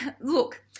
look